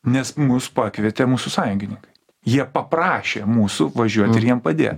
nes mus pakvietė mūsų sąjungininkai jie paprašė mūsų važiuot ir jiem padėt